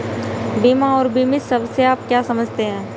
बीमा और बीमित शब्द से आप क्या समझते हैं?